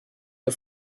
der